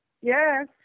Yes